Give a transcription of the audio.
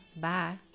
Bye